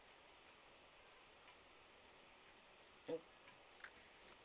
mm